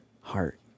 heart